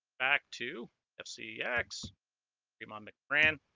back to fcx game on mcgrann